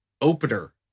opener